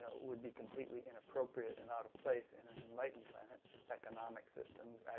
would be completely inappropriate and out of place in an enlightened planet economic systems,